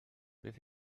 beth